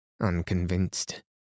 Unconvinced